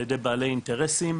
על ידי בעלי אינטרסים,